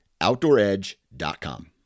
OutdoorEdge.com